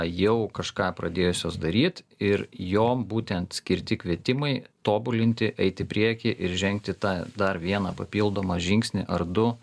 jau kažką pradėjusios daryt ir jom būtent skirti kvietimai tobulinti eit į priekį ir žengti tą dar vieną papildomą žingsnį ar du